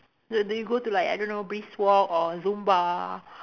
so do you go to like I don't know brisk walk or Zumba